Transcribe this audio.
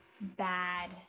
bad